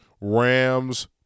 Rams